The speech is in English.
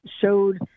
showed